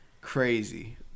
Crazy